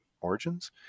Origins